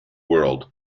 world